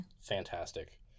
fantastic